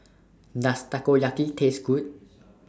Does Takoyaki Taste Good